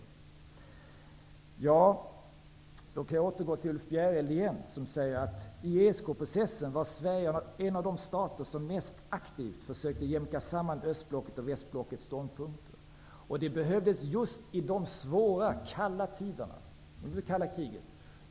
Då kan jag återgå till Ulf Bjereld igen som säger att Sverige i ESK-processen var en av de stater som mest aktivt försökte jämka samman östblockets och västblockets ståndpunkter. Det behövdes just i de svåra och kalla tiderna under kalla kriget.